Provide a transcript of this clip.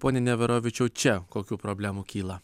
pone neverovičiau čia kokių problemų kyla